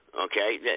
Okay